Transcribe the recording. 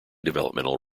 developmental